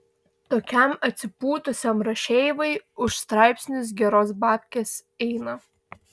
tokiam atsipūtusiam rašeivai už straipsnius geros babkės eina